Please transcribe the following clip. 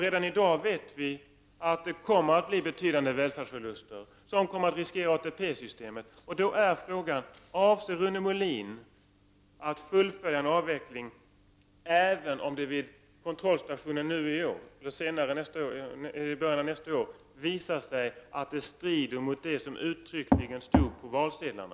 Redan i dag vet vi att det kommer att bli betydande välfärdsförluster, som kommer att bli en fara för ATP-systemet. Frågan är då: Avser Rune Molin att fullfölja en avveckling, även om det vid kontrollstationen i år eller i början av nästa år visar sig att det strider mot det som uttryckligen stod på valsedlarna?